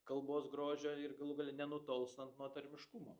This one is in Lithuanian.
kalbos grožio ir galų gale nenutolstant nuo tarmiškumo